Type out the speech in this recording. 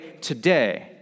today